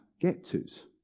get-to's